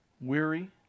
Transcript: weary